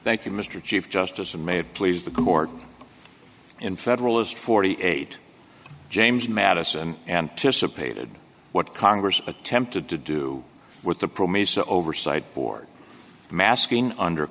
thank you mr chief justice and may please the court in federalist forty eight james madison anticipated what congress attempted to do with the promise oversight board masking under